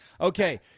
Okay